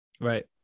Right